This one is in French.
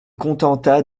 contenta